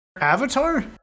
Avatar